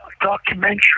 documentary